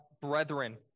brethren